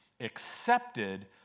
accepted